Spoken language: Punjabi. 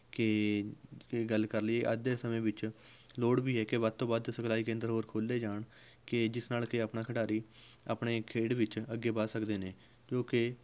ਕਿ ਇਹ ਗੱਲ ਕਰ ਲਈਏ ਅੱਜ ਦੇ ਸਮੇਂ ਵਿੱਚ ਲੋੜ ਵੀ ਹੈ ਕਿ ਵੱਧ ਤੋਂ ਵੱਧ ਸਿਖਲਾਈ ਕੇਂਦਰ ਹੋਰ ਖੋਲ੍ਹੇ ਜਾਣ ਕਿ ਜਿਸ ਨਾਲ਼ ਕਿ ਆਪਣਾ ਖਿਡਾਰੀ ਆਪਣੇ ਖੇਡ ਵਿੱਚ ਅੱਗੇ ਵੱਧ ਸਕਦੇ ਨੇ ਕਿਉਂਕਿ